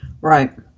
right